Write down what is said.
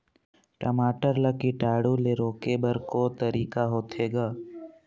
टमाटर ला कीटाणु ले रोके बर को तरीका होथे ग?